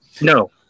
No